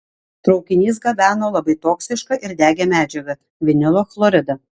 traukinys gabeno labai toksišką ir degią medžiagą vinilo chloridą